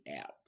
app